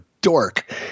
dork